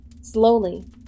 Slowly